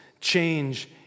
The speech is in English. change